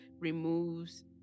removes